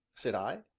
said i.